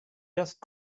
just